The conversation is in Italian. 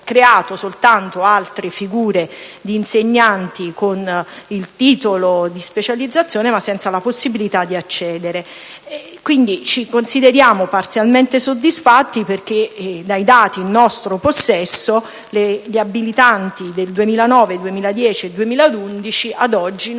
create altre figure di insegnanti con il titolo di specializzazione, ma senza possibilità di accedere all'insegnamento. Ci consideriamo pertanto parzialmente soddisfatti, perché dai dati in nostro possesso gli abilitanti del 2009, 2010 e 2011 ad oggi non